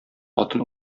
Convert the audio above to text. атын